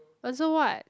but so what